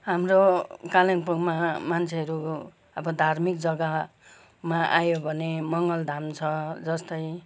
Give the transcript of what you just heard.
हाम्रो कालिम्पोङमा मान्छेहरू अब धार्मिक जग्गामा आयो भने मङ्गल धाम छ जस्तै